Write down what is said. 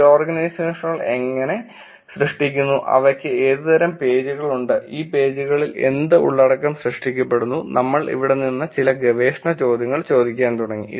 ഈ ഓർഗനൈസേഷനുകൾ എങ്ങനെ സൃഷ്ടിക്കുന്നു അവയ്ക്ക് ഏതുതരം പേജുകളുണ്ട് ഈ പേജുകളിൽ എന്ത് ഉള്ളടക്കം സൃഷ്ടിക്കപ്പെടുന്നു നമ്മൾ അവിടെ നിന്ന് ചില ഗവേഷണ ചോദ്യങ്ങൾ ചോദിക്കാൻ തുടങ്ങി